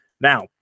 Now